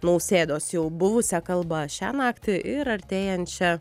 nausėdos jau buvusią kalbą šią naktį ir artėjančią